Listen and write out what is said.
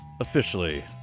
officially